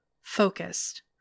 focused